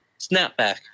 Snapback